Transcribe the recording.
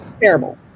Terrible